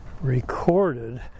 recorded